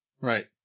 right